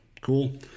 cool